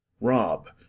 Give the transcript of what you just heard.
Rob